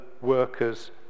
workers